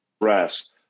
rest